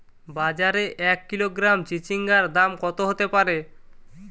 বাজারে এক কিলোগ্রাম চিচিঙ্গার দাম কত হতে পারে?